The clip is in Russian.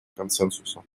консенсуса